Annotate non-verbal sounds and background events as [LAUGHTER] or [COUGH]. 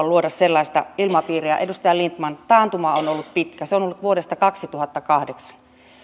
[UNINTELLIGIBLE] luoda sellaista ilmapiiriä edustaja lindtman taantuma on ollut pitkä se on ollut vuodesta kaksituhattakahdeksan